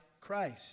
Christ